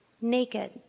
naked